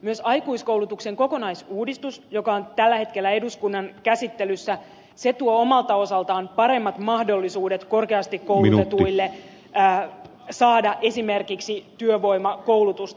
myös aikuiskoulutuksen kokonaisuudistus joka on tällä hetkellä eduskunnan käsittelyssä tuo omalta osaltaan paremmat mahdollisuudet korkeasti koulutetuille saada esimerkiksi työvoimakoulutusta